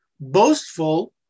boastful